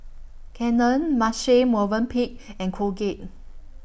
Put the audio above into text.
Canon Marche Movenpick and Colgate